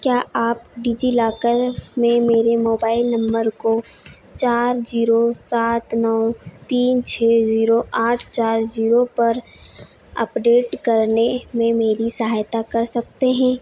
क्या आप डिज़िलॉकर में मेरे मोबाइल नम्बर को चार ज़ीरो सात नौ तीन छह ज़ीरो आठ चार ज़ीरो पर अपडेट करने में मेरी सहायता कर सकते हैं